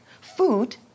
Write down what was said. food